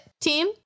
team